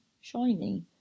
shiny